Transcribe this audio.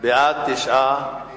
רווח), התש"ע 2010, לוועדת הכספים נתקבלה.